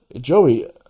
Joey